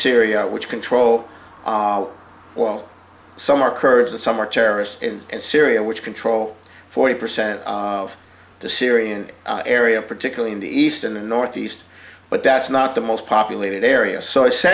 syria which control well some are kurds and some are terrorists in syria which control forty percent of the syrian area particularly in the east in the northeast but that's not the most populated area so